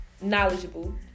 knowledgeable